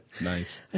Nice